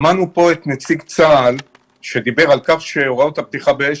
שמענו פה את נציג צה"ל אומר שהוראות הפתיחה באש